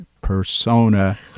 persona